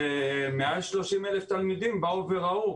ומעל 30,000 תלמידים באו וראו.